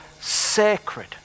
sacred